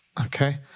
okay